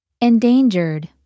Endangered